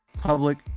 public